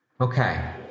Okay